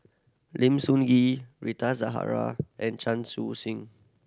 Lim Sun Gee Rita Zahara and Chan Chun Sing